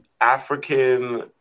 African